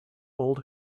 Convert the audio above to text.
old